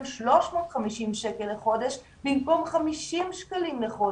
350 שקל לחודש במקום 50 שקלים לחודש.